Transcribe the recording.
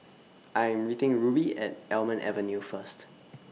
I'm meeting Rubye At Almond Avenue First